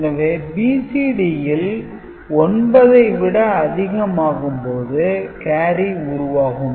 எனவே BCD ல் 9 ஐ விட அதிகமாகும் போது கேரி உருவாகும்